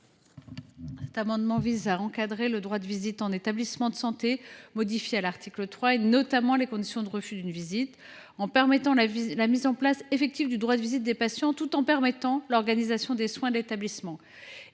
Cet amendement vise à encadrer le droit de visite en établissement de santé, modifié par l’article 3, et notamment les conditions de refus d’une visite. Il s’agit de garantir l’application effective du droit de visite des patients tout en permettant l’organisation des soins de l’établissement,